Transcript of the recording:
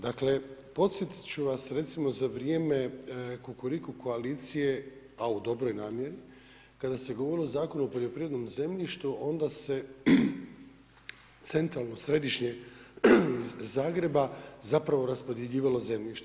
Dakle, podsjetiti ću vas recimo za vrijeme kukuriku koalicije, a u dobroj namjeri, kada se govorilo o Zakonu o poljoprivrednom zemljištu, onda se centralno središnje iz Zagreba, zapravo raspodjeljivalo zemljište.